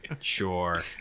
Sure